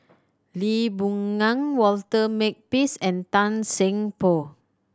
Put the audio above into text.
Lee Boon Ngan Walter Makepeace and Tan Seng Poh